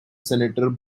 senator